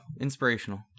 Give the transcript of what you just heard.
Inspirational